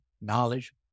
knowledge